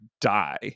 die